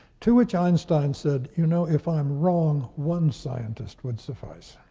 to which einstein said, you know, if i'm wrong, one scientist would suffice.